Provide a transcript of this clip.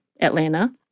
Atlanta